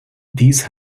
these